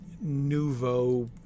Nouveau